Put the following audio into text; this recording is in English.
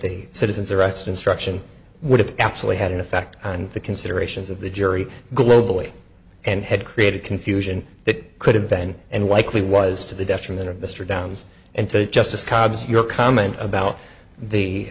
the citizens arrest instruction would have actually had an effect on the considerations of the jury globally and had created confusion it could have been and likely was to the detriment of mr downs and to justice cobbs your comment about the